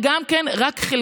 וגם רק חלקי.